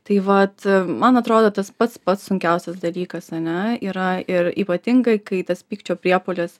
tai vat man atrodo tas pats pats sunkiausias dalykas ane yra ir ypatingai kai tas pykčio priepuolis